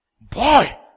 Boy